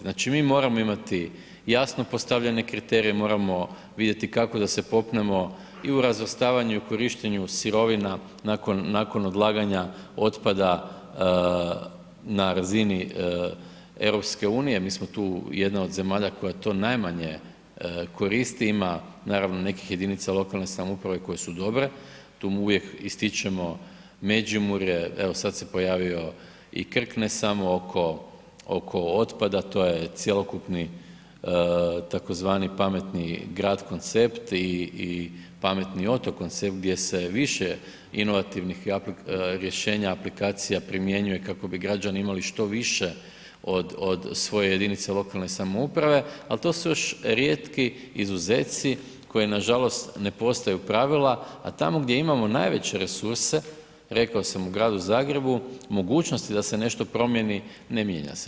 Znači mi moramo imati jasno postavljene kriterije, moramo vidjeti kako da se popnemo i u razvrstavanju i u korištenju sirovina nakon odlaganja otpada na razini EU-a, mi smo tu jedna od zemalja koja to najmanje koristi, ima naravno nekih jedinica lokalne samouprave koje su dobre, tu uvijek ističemo Međimurje, evo sad je pojavio i Krk, ne samo oko otpada, to je cjelokupni tzv. pametni grad koncept i pametni otok koncept gdje više inovativnih rješenja, aplikacija primjenjuje kako bi građani imali što više od svoje jedinice lokalne samouprave ali to su još rijetki izuzeci koji nažalost ne postaju pravila a tamo gdje imamo najveće resurse, rekao sam u gradu Zagrebu, mogućnosti da se nešto promijeni, ne mijenja se.